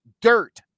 dirt